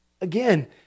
Again